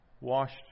washed